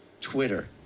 Twitter